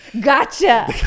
gotcha